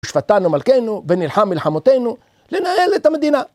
שפטנו מלכנו ונלחם מלחמותינו לנהל את המדינה